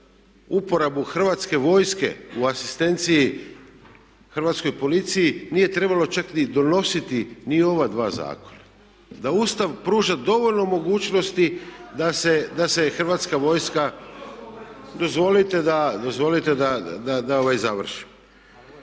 uporabu Hrvatske vojske u asistenciji hrvatskoj policiji nije trebalo čak ni donositi ni ova dva zakona, da Ustav pruža dovoljno mogućnosti da se Hrvatska vojska, … …/Upadica sa